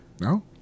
No